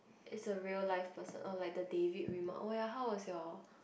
is a real life person oh like the David oh ya how was your